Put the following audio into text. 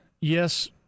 yes